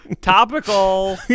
Topical